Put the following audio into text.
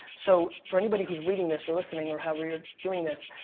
so, for anybody who's reading this or listening, or however you're doing this.